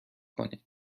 کنید